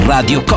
Radio